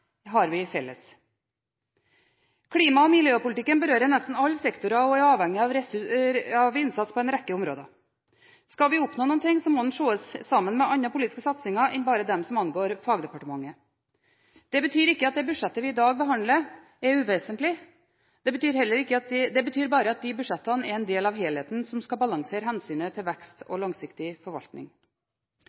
har vi felles. Klima- og miljøpolitikken berører nesten alle sektorer og er avhengig av innsats på en rekke områder. Skal vi oppnå noe, må den ses sammen med andre politiske satsinger enn bare dem som angår fagdepartementet. Det betyr ikke at det budsjettet vi i dag behandler, er uvesentlig, det betyr bare at budsjettene er en del av den helheten som skal balansere hensynet til vekst og langsiktig forvaltning.